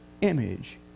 image